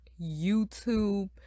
youtube